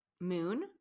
moon